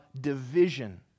division